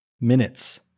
minutes